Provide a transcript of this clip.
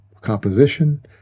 composition